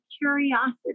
curiosity